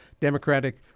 Democratic